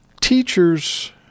Teachers